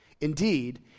Indeed